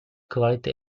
quality